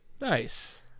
Nice